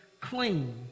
clean